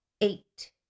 Eight